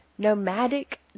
Nomadic